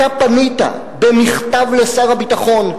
אתה פנית במכתב לשר הביטחון,